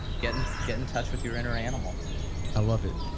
get and get in touch with your inner animal i love it.